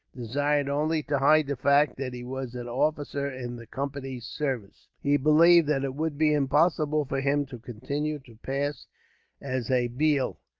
desired only to hide the fact that he was an officer in the company's service. he believed that it would be impossible for him to continue to pass as a bheel.